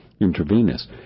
intravenous